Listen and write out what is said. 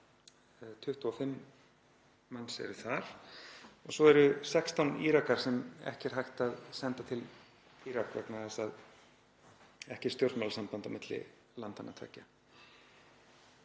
25 manns eru þar og svo eru 16 Írakar sem ekki er hægt að senda til Írak vegna þess að það er ekkert stjórnmálasamband milli landanna tveggja.